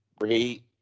great